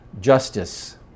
Justice